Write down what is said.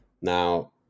now